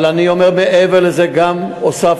אבל אני אומר מעבר לזה, גם הוספנו,